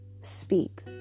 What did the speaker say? speak